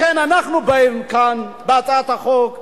לכן אנחנו באים כאן בהצעת החוק ואומרים: